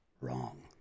Wrong